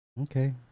Okay